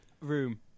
room